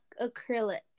acrylic